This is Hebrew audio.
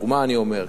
דוגמה אני אומר,